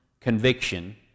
conviction